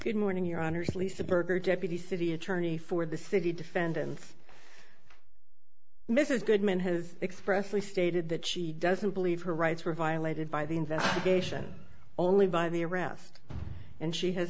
good morning your honour's lisa berger deputy city attorney for the city defendant mrs goodman has expressly stated that she doesn't believe her rights were violated by the investigation only by the arrest and she has